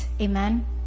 Amen